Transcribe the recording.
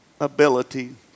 ability